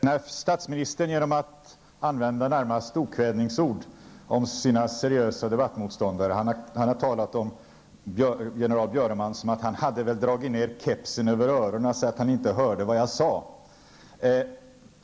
Herr talman! Statsministern använder i det närmaste okvädingsord om sina seriösa debattmotståndare. Han har talat om general Björneman som att ''han hade väl dragit ned kepsen över öronen så att han inte hörde vad jag sa''.